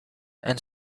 and